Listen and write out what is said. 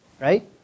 right